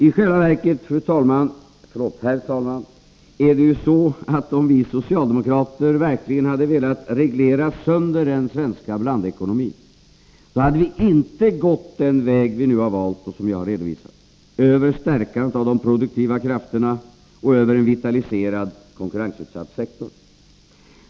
I själva verket, herr talman, är det ju så att om vi socialdemokrater verkligen hade velat reglera sönder den svenska blandekonomin, då hade vi inte gått den väg vi nu valt och som jag har redovisat — över stärkandet av de produktiva krafterna och över en vitaliserad, konkurrensutsatt sektor.